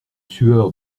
sueur